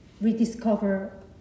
rediscover